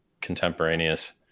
contemporaneous